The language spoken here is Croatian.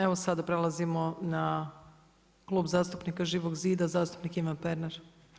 Evo sada prelazimo na Klub zastupnika Živog zida zastupnik Ivan Pernar.